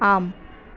आम्